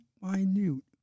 minute